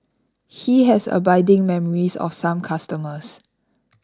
he has abiding memories of some customers